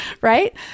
right